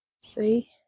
See